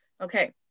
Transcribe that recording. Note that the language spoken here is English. Okay